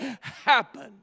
happen